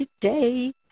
today